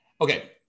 okay